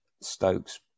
Stokes